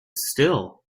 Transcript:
still